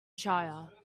shire